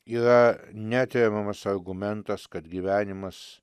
yra neatremiamas argumentas kad gyvenimas